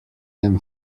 them